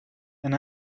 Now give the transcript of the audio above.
and